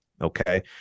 Okay